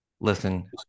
Listen